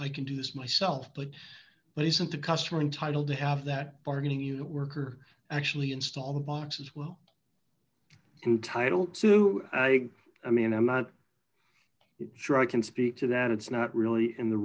i can do this myself but that isn't a customer entitled to have that bargaining unit worker actually install the boxes well in title two i mean i'm not sure i can speak to that it's not really in the